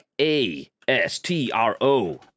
A-S-T-R-O